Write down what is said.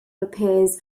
appears